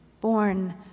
born